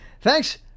Thanks